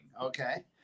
Okay